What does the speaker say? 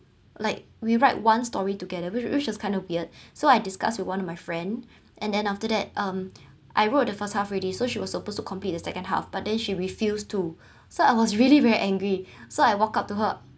like we write one story together whi~ which which was kind of weird so I discuss with one of my friend and then after that um I wrote the first half already so she was supposed to complete the second half but then she refuse to so I was really very angry so I walked up to her